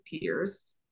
peers